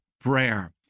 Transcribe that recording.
prayer